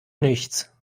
nichts